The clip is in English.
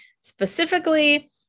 Specifically